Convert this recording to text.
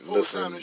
Listen